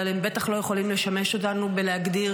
אבל הם בטח לא יכולים לשמש אותנו בלהגדיר